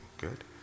good